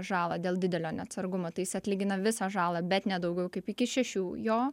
žalą dėl didelio neatsargumo tai jis atlygina visą žalą bet ne daugiau kaip iki šešių jo